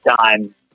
time